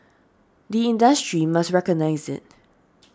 the industry must recognise it